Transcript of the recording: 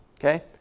Okay